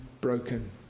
broken